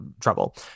trouble